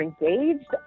engaged